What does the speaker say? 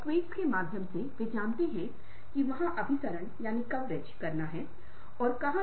दूसरों की भावनाओं को बहुत अच्छी तरह से समझ सकता हूं आत्म नियमन